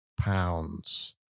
pounds